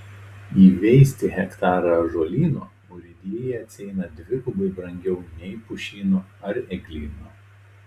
įveisti hektarą ąžuolyno urėdijai atsieina dvigubai brangiau nei pušyno ar eglyno